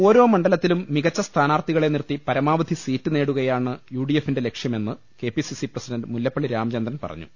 ഒരോ മണ്ഡലത്തിലും മികച്ച സ്ഥാനാർത്ഥികളെ നിർത്തി പരമാവധി സീറ്റ് നേടുകയാണ് യുഡിഎഫിന്റെ ലക്ഷ്യമെന്ന് K P C C president Mullappally Ramachandran പറഞ്ഞു